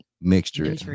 mixture